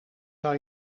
zou